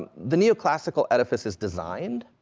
the neoclassical edifice is designed,